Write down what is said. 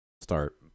start